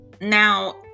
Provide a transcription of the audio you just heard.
now